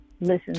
listen